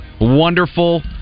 wonderful